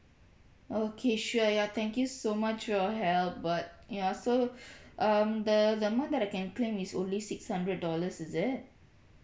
okay sure ya thank you so much for your help but ya so um the the amount that I can claim is only six hundred dollars is it